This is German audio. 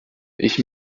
ich